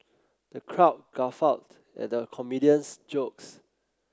the crowd guffawed at the comedian's jokes